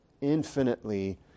infinitely